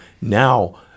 now